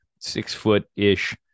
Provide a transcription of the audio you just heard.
six-foot-ish